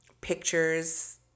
pictures